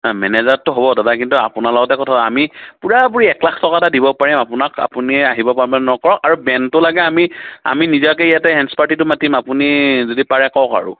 নাই মেনেজাৰটো হ'ব দাদা কিন্তু আপোনাৰ লগতে কথা আমি পূৰাপূৰি এক লাখ টকা এটা দিব পাৰিম আপোনাক আপুনি আহিব পাৰিবনে নোৱাৰে কওক আৰু বেণ্ডটো লাগিলে আমি আমি নিজাকে ইয়াতেই হেণ্ডচ পাৰ্টিতো মাতিম আপুনি যদি পাৰে কওক আৰু